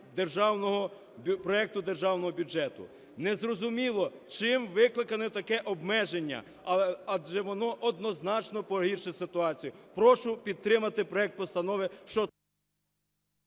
проекту Державного бюджету. Незрозуміло, чим викликане таке обмеження, адже воно однозначно погіршить ситуацію. Прошу підтримати проект постанови.